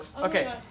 Okay